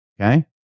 okay